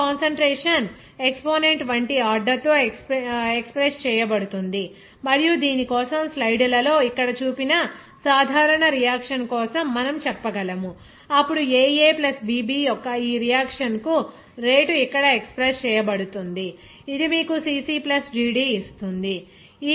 ఇప్పుడు ప్రతి concentration exponent వంటి ఆర్డర్తో ఎక్స్ప్రెస్ చేయబడుతుంది మరియు దీని కోసం స్లైడ్లలో ఇక్కడ చూపిన సాధారణ రియాక్షన్ కోసం మనము చెప్పగలం అప్పుడు aA bB యొక్క ఈ రియాక్షన్ కు రేటు ఇక్కడ ఎక్స్ప్రెస్ చేయబడుతుంది ఇది మీకు cC ప్లస్ dD ఇస్తుంది